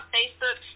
Facebook